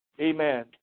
Amen